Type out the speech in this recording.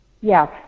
Yes